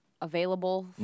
available